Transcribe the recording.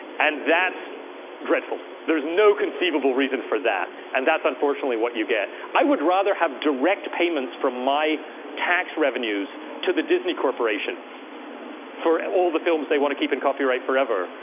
and that's dreadful. there's no conceivable reason for that. and that's unfortunately what you get. i would rather have direct payments from my tax revenues to the disney corporation for all the films they want to keep in copyright forever,